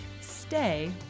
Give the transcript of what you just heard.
stay